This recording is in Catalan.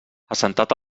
assentat